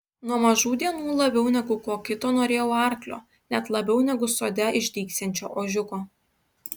nuo mažų dienų labiau negu ko kito norėjau arklio net labiau negu sode išdygsiančio ožiuko